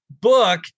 book